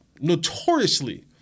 notoriously